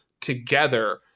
together